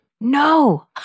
No